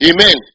Amen